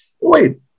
Wait